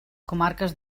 comarques